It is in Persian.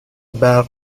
برق